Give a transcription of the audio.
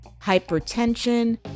hypertension